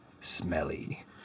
smelly